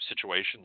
situations